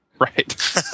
Right